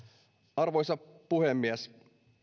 arvoisa puhemies